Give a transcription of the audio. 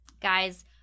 Guys